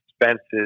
expenses